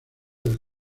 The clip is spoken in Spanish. del